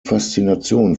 faszination